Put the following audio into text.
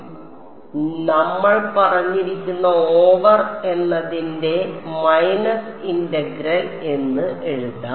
അതിനാൽ നമ്മൾ പറഞ്ഞിരിക്കുന്ന ഓവർ എന്നതിന്റെ മൈനസ് ഇന്റഗ്രൽ എന്ന് എഴുതാം